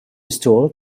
store